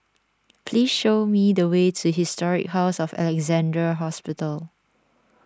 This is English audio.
please show me the way to Historic House of Alexandra Hospital